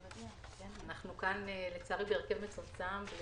אנחנו כאן לצערי בהרכב מצומצם.